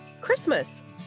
Christmas